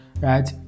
right